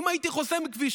אם הייתי חוסם כביש,